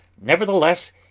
Nevertheless